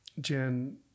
Jen